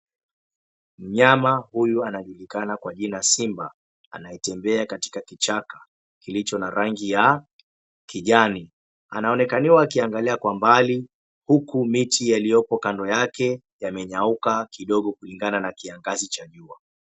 Mnyama huyu anajulikana kwa jina simba anatembea katika kichaka kilicho na rangi ya kijani, anaonekaniwa akiangalia kwa mbali huku miti yaliyopo kando yake yamenyauka kidogo kulingana na kiangazi cha jua.